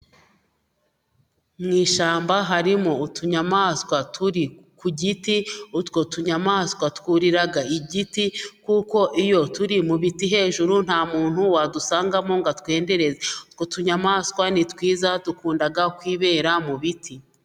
Mu ishyamba harimo utunyamaswa turi ku giti, utwo tunyamaswa twurira igiti, kuko iyo turi mu biti hejuru nta muntu wadusangamo ngo atwendereze, utwo tunyamaswa ni twiza dukunda kwibera mu biti.